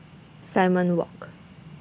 Simon Walk